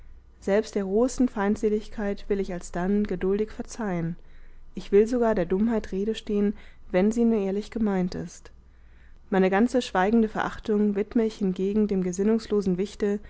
selbst der rohesten feindseligkeit will ich alsdann geduldig verzeihen ich will sogar der dummheit rede stehen wenn sie nur ehrlich gemeint ist meine ganze schweigende verachtung widme ich hingegen dem gesinnungslosen wichte